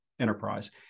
enterprise